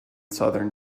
southern